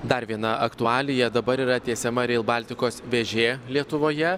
dar viena aktualija dabar yra tiesiama reilbaltikos vėžė lietuvoje